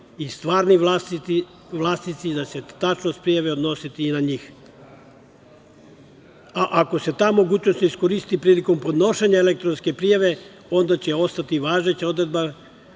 i stvarni vlasnici i da će se tačnost prijave odnositi i na njih. A ako se ta mogućnost ne iskoristi prilikom podnošenja elektronske prijave, onda će ostati važeća odredba